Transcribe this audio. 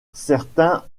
certains